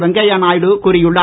வெங்கையா நாயுடு கூறியுள்ளார்